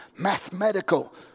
Mathematical